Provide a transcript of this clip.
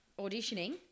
auditioning